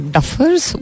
Duffers